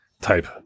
type